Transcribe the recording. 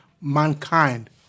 mankind